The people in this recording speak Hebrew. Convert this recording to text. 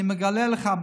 אני מגלה לך,